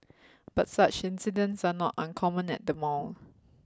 but such incidents are not uncommon at the mall